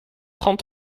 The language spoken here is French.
trente